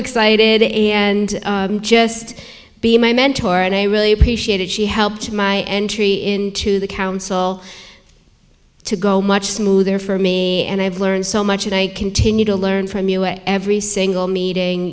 excited i am and just be my mentor and i really appreciate it she helped my entry into the council to go much smoother for me and i've learned so much and i continue to learn from you every single meeting